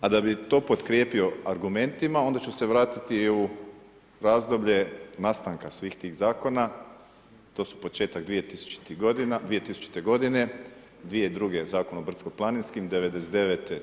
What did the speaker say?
A da bi to potkrijepio argumentima, onda ću se vratiti u razdoblje nastanka svih tih zakona, to su početak 2000 g. 2002. zakon o brdsko planinski, '99.